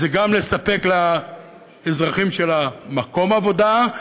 הוא גם לספק לאזרחים שלה מקום עבודה,